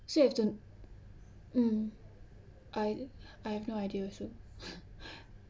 so I have to mm I I have no idea also